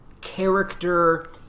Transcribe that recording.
character